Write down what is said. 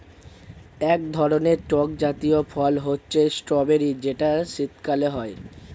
এক ধরনের টক জাতীয় ফল হচ্ছে স্ট্রবেরি যেটা শীতকালে হয়